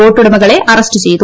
ബോട്ടുടമകളെ arrest ചെയ്തു